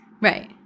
Right